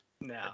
No